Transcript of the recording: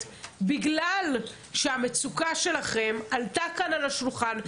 בגלל שהמצוקה שלכם עלתה כאן על השולחן,